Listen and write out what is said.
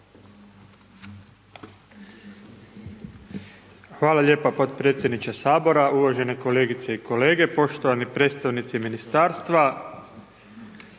Hvala lijepa potpredsjedniče Sabora, uvažene kolegice i kolege, poštovani predstavnici ministarstva.